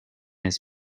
his